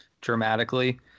dramatically